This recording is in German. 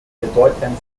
bedeutendsten